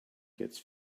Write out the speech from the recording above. gets